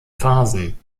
phasen